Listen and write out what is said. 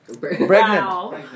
pregnant